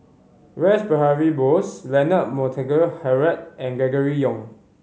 Rash Behari Bose Leonard Montague Harrod and Gregory Yong